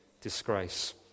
disgrace